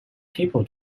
people